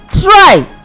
try